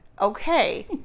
Okay